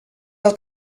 del